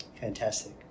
Fantastic